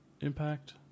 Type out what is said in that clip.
Impact